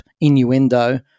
innuendo